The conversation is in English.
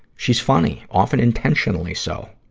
she's funny, often intentionally so.